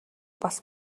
бас